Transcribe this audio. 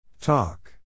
Talk